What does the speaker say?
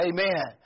Amen